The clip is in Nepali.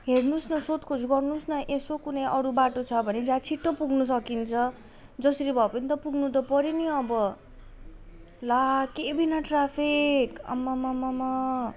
हेर्नुहोस् न सोधखोज गर्नुहोस् न यसो कुनै अरू बाटो छ भने जहाँ छिट्टो पुग्नसकिन्छ जसरी भए पनि त पुग्नु त पर्यो नि अब ला के विघ्न ट्राफिक आम्ममामामा